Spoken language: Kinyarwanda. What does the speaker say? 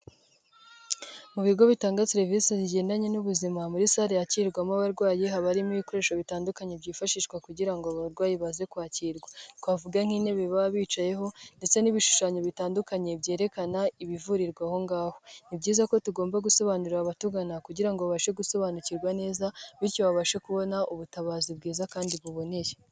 Mu bigo bitanga serivisi zigendanye n'ubuzima muri sale yakirwamo abarwayi haba harimo ibikoresho bitandukanye byifashishwa kugira ngo abarwayi baze kwakirwa, twavuga nk'intebe baba bicayeho ndetse n'ibishushanyo bitandukanye byerekana ibivurirwa aho ngaho; ni byiza ko tugomba gusobanurira abatugana kugira ngo babashe gusobanukirwa neza bityo babashe kubona ubutabazi bwiza kandi buboneye.